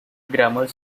grammar